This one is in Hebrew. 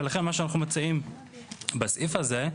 ולכן, מה שאנחנו מציעים בסעיף הזה,